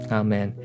amen